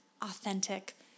authentic